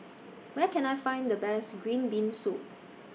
Where Can I Find The Best Green Bean Soup